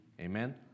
Amen